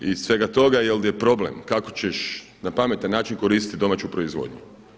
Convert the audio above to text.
Iz svega toga jer je problem kako ćeš na pametan način koristiti domaću proizvodnju.